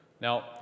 Now